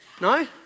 No